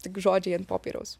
tik žodžiai an popieriaus